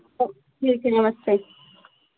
आ ठीक है नमस्ते